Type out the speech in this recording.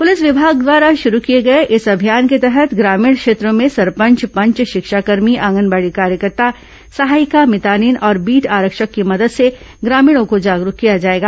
police विभाग द्वारा शुरू किए गए इस अभियान के तहत ग्रामीण क्षेत्रों में सरपंच पंच शिक्षाकर्मी आंगनबाड़ी कार्यकर्ता सहायिका मितानिन और बीट आरक्षक की मदद से ग्रामीणों को जागरूक किया जाएगा